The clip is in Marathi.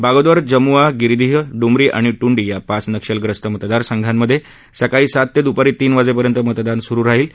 बागोदर जमुआ गिरीदीह डुमरी आणि ट्रंडी या पाच नक्षलग्रस्त मतदारसंघांमधे सकाळी सात ते दुपारी तीन वाजेपर्यंत मतदान चालेल